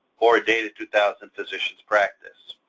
or a data two thousand physician's practice.